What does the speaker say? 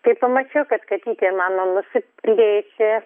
kai pamačiau kad katytė mano nusiplėšė